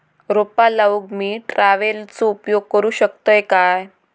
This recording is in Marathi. रोपा लाऊक मी ट्रावेलचो उपयोग करू शकतय काय?